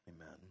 Amen